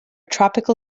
tropical